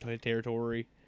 territory